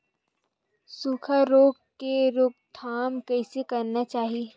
सुखा रोग के रोकथाम कइसे करना चाही?